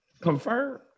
confirmed